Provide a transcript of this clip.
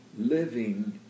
living